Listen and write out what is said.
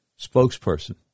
spokesperson